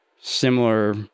similar